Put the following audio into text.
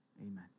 Amen